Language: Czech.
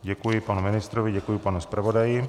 Děkuji panu ministrovi, děkuji panu zpravodaji.